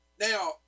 Now